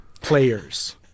players